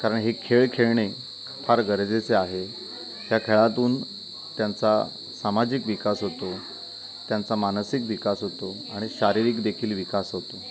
कारण हे खेळ खेळणे फार गरजेचे आहे ह्या खेळातून त्यांचा सामाजिक विकास होतो त्यांचा मानसिक विकास होतो आणि शारीरिकदेखील विकास होतो